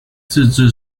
自治